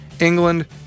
England